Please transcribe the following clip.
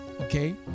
Okay